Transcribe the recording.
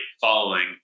following